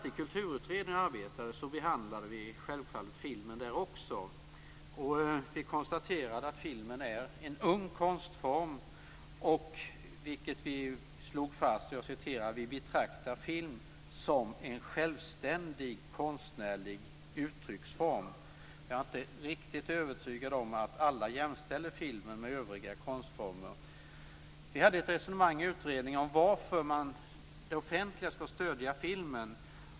I Kulturutredningen behandlades självfallet även filmen. Vi konstaterade att filmen är en ung konstform, nämligen att vi betraktar film som en självständig konstnärlig uttrycksform. Jag är inte riktigt övertygad om att alla jämställer filmen med övriga konstformer. Vi hade ett resonemang i utredningen om varför det offentliga ska stödja filmen.